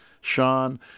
Sean